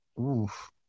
Oof